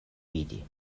vidi